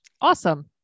Awesome